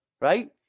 right